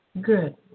Good